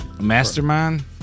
Mastermind